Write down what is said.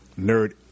nerd